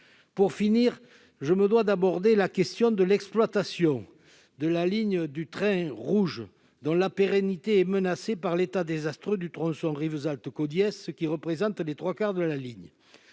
pour finir, je me dois d'aborder la question de l'exploitation de la ligne du train rouge dont la pérennité est menacée par l'état désastreux du tronçon Rivesaltes Cody, ce qui représente les 3 quarts de la ligne